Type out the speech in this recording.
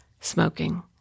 smoking